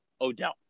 Odell